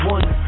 One